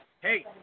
Hey